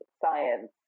science